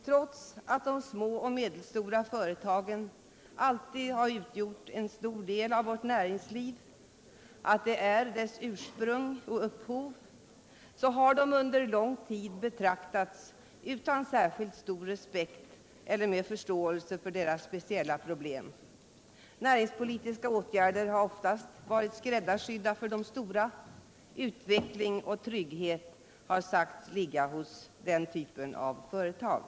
Trots att de små och medelstora företagen alltid utgjort en stor del av vårt näringsliv och att de är dess ursprung och upphov har de under lång tid betraktats utan särskilt stor respekt eller förståelse för deras speciella problem. Näringspolitiska åtgärder har oftast varit skräddarsydda för de stora företagen. Utveckling och trygghet har sagts ligga hos den typen av företag.